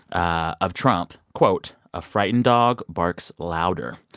ah of trump, quote, a frightened dog barks louder.